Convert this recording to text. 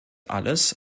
alles